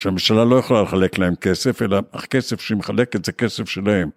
שהממשלה לא יכולה לחלק להם כסף, אלא אך כסף שהיא מחלקת זה כסף שלהם.